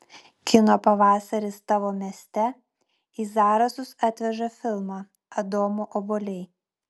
kino pavasaris tavo mieste į zarasus atveža filmą adomo obuoliai